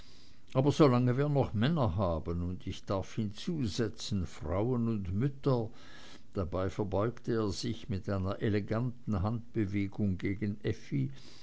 aber solange wir noch männer haben und ich darf hinzusetzen frauen und mütter und hier verbeugte er sich mit einer eleganten handbewegung gegen